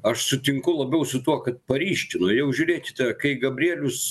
aš sutinku labiau su tuo kad paryškino jau žiūrėkite kai gabrielius